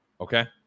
okay